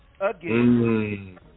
again